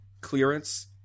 clearance